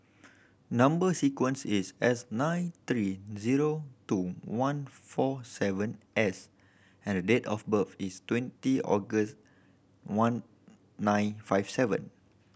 number sequence is S nine three zero two one four seven S and the date of birth is twenty August one nine five seven